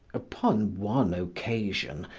upon one occasion,